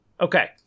Okay